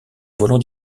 volant